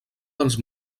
dels